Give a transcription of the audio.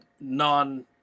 Non